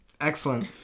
Excellent